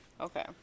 Okay